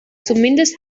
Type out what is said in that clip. zumindest